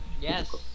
Yes